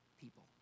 people